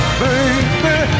baby